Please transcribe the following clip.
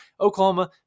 Oklahoma